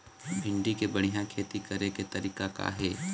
भिंडी के बढ़िया खेती करे के तरीका का हे?